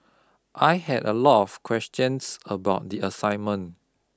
I had a lot of questions about the assignment